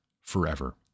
forever